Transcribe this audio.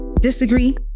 disagree